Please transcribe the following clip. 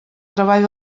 treball